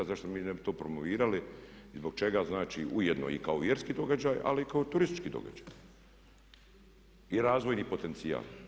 Zašto mi ne bi to promovirali i zbog čega znači ujedno i kao vjerski događaj ali i kao turistički događaj i razvojni potencija?